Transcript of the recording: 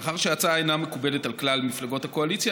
מאחר שההצעה אינה מקובלת על כלל מפלגות הקואליציה,